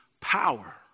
power